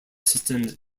systems